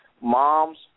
Moms